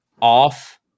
off